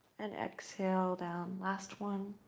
and exhale down. last one.